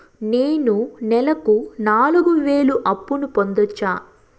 నేను నెలకు నాలుగు వేలు అప్పును పొందొచ్చా?